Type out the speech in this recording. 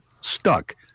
stuck